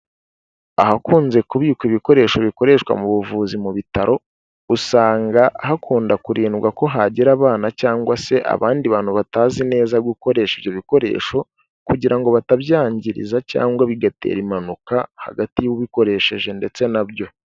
Ahakunze kubikwa ibikoresho bikoreshwa mu buvuzi mu bitaro, usanga hakunda kurindwa ko hagera abana cyangwa se abandi bantu batazi neza gukoresha ibyo bikoresho, kugira ngo batabyangiriza cyangwa bigatera impanuka hagati y'ubikoresheje ndetse nabyo.